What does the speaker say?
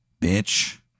Bitch